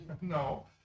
no